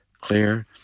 clear